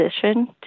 position